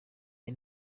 jye